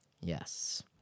yes